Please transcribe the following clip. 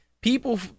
people